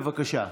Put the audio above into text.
בבקשה.